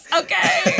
okay